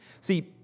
See